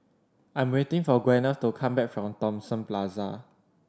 I am waiting for Gwyneth to come back from Thomson Plaza